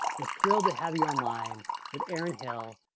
we're thrilled to have you online with erin hill,